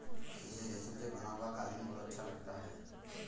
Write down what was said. मुझे रेशम से बना हुआ कालीन बहुत अच्छा लगता है